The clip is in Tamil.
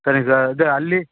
சரிங்க சார் இது அல்லி